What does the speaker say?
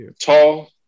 tall